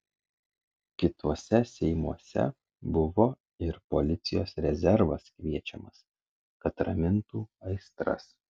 kituose seimuose buvo ir policijos rezervas kviečiamas kad ramintų aistras